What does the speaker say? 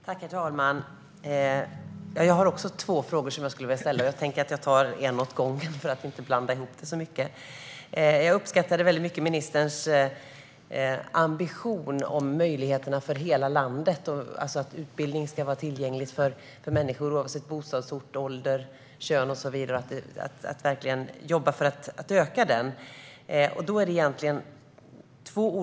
Herr talman! Jag har också två frågor som jag skulle vilja ställa, och jag tar en åt gången för att inte blanda ihop det hela. Jag uppskattar verkligen ministerns ambition vad gäller möjligheterna för hela landet - att utbildning ska vara tillgänglig för människor oavsett bostadsort, ålder, kön och så vidare. Jag uppskattar ambitionen att jobba för att öka dessa möjligheter.